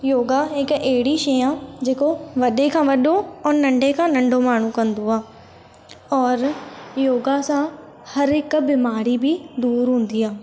योगा हिकु अहिड़ी शइ आहे जेको वॾे खां वॾो और नंढे खां नंढो माण्हू कंदो आहे और योगा सां हर हिक बीमारी बि दूरि हूंदी आहे